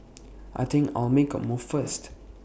I think I'll make A move first